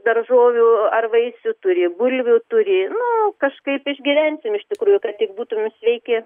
daržovių ar vaisių turi bulvių turi nu kažkaip išgyvensim iš tikrųjų kad tik būtume sveiki